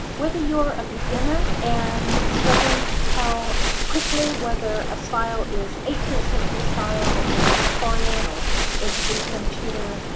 whether you're a beginner and struggling to tell quickly whether a style is an eighteenth century style or victorian, or it's a beethoven tutor.